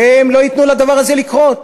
והם לא ייתנו לדבר הזה לקרות.